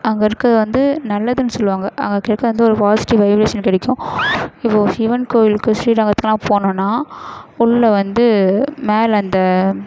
அங்கே இருக்கிறது வந்து நல்லதுன் சொல்லுவாங்க அங்கே கிட்டே வந்து ஒரு பாசிட்டிவ் வைப்ரேஷன் கிடைக்கும் இப்போது சிவன் கோயிலுக்கு ஸ்ரீரங்கத்துக்கெலாம் போனோம்னால் உள்ள வந்து மேலே அந்த